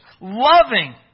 loving